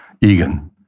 Egan